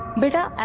but